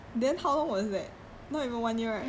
ya from sec four until year one